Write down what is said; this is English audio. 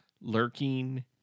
lurking